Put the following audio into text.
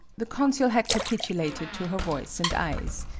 the consul had c-apitulated to her voice and eyes.